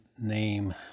name